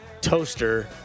Toaster